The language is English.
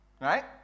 right